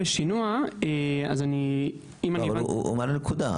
הוא מעלה נקודה.